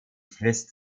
frist